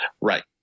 Right